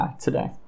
today